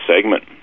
segment